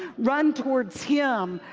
run towards him.